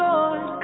Lord